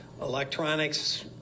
electronics